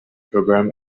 program